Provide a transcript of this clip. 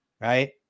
right